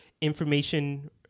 information